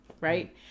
right